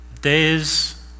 days